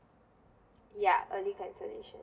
ya early cancellation